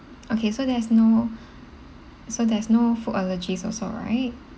okay so there's no so there's no food allergies also right